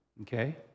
Okay